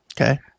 okay